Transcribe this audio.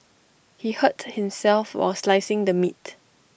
he hurt himself while slicing the meat